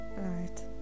right